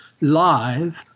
live